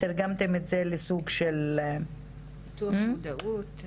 אתם תרגמתם את זה לסוג של --- פיתוח מודעות,